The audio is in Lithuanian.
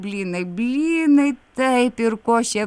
blynai blynai taip ir košė